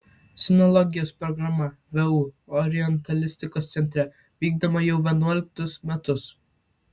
sinologijos programa vu orientalistikos centre vykdoma jau vienuoliktus metus